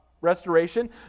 restoration